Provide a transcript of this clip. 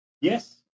yes